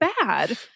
bad